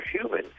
human